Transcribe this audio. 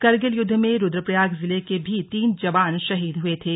करगिल युद्ध में रूद्रप्रयाग जिले के भी तीन जवान शहीद हुए थे